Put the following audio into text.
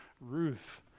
Ruth